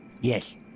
Yes